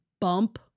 bump